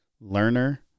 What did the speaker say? Learner